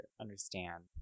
understand